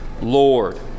Lord